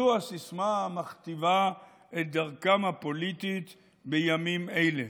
זו הסיסמה המכתיבה את דרכם הפוליטית בימים אלה.